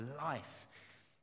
life